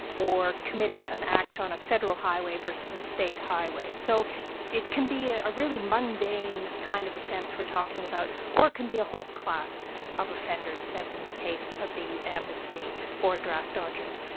or committed an act on a federal highway versus a state highway, so it can be a really mundane kind of offence we're talking about, or it can be a whole class of offenders, as in the case of the amnesty for draft dodgers.